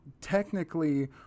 technically